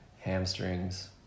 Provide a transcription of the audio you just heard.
hamstrings